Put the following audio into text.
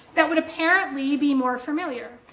that would apparently be more familiar.